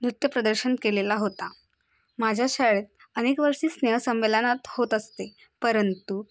नृत्य प्रदर्शन केलेला होता माझ्या शाळेत अनेक वर्षी स्नेहसंमेलनात होत असते परंतु